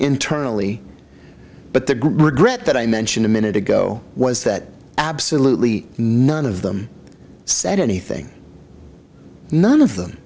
internally but the regret that i mentioned a minute ago was that absolutely none of them said anything none of them